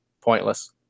pointless